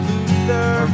Luther